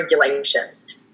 regulations